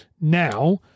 now